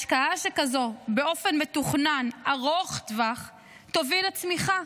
השקעה שכזאת באופן מתוכנן ארוך טווח תוביל לצמיחה,